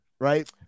Right